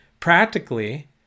Practically